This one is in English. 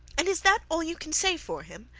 and is that all you can say for him?